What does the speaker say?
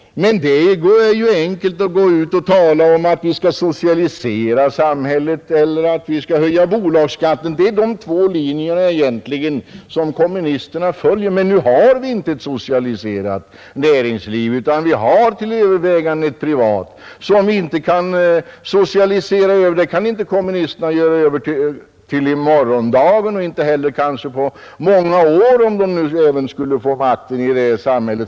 Det vore ju enkelt att gå ut och tala om att vi skall socialisera samhället eller att vi skall höja bolagsskatten. Det är de två linjer egentligen som kommunisterna följer. Men nu har vi inte ett socialiserat näringsliv utan till övervägande del ett privat, som kommunisterna inte kan socialisera till morgondagen och kanske inte på många år, även om de skulle få makten i detta samhälle.